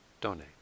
donate